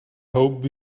hope